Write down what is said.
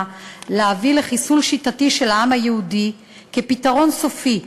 להביא לחיסול שיטתי של העם היהודי כ"פתרון סופי".